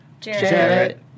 Jarrett